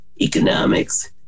economics